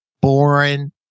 boring